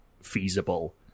feasible